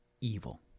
evil